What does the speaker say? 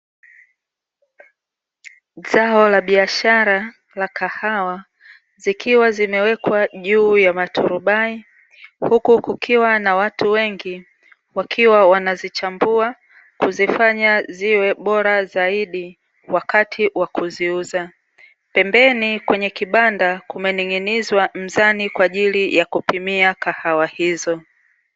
Zao la biashara la kahawa, zikiwa zimewekwa juu ya maturubai, huku kukiwa na watu wengi wakiwa wanazichambua kuzifanya ziwe bora zaidi wakati wa kuziuza, pembeni kwenye kibanda kumening'inizwa mzani kwa ajili ya kupimia kahawa hizo.